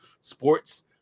sports